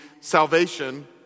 salvation